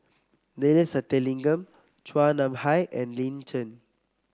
Neila Sathyalingam Chua Nam Hai and Lin Chen